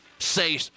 say